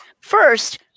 first